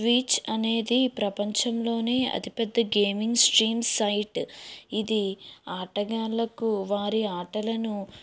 twitch అనేది ప్రపంచంలోనే అతిపెద్ద గేమింగ్ స్ట్రీమ్ సైట్ ఇది ఆటగాళ్ళకు వారి ఆటలను